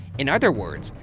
in other words,